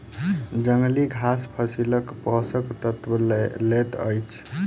जंगली घास फसीलक पोषक तत्व लअ लैत अछि